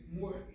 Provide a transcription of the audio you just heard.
more